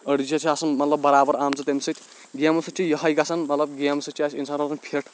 أڈجہِ چھِ آسان مطلب برابر آمٕژ تَمہِ سۭتۍ گیمو سۭتۍ چھِ یِہوے گژھن مطلب گیمہٕ سۭتۍ چھُ اِنسان روزان فِٹ